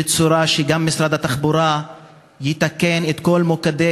בצורה שגם משרד התחבורה יתקן את כל מוקדי